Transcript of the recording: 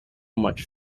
much